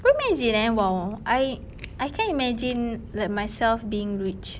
kau imagine eh !wow! I I can't imagine like myself being rich